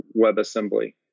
WebAssembly